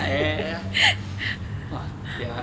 ah ya ya ya ya !wah! sia